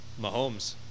Mahomes